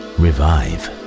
revive